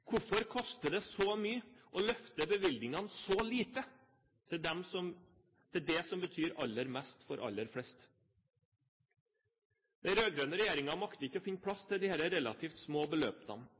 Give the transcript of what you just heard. Hvorfor koster det så mye å løfte bevilgningene så lite til det som betyr aller mest for aller flest? Den rød-grønne regjeringen makter ikke å finne plass til disse relativt små beløpene,